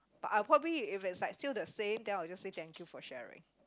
but I'll probably if it's like still the same then I will just say thank you for sharing